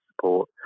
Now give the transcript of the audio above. support